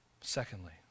secondly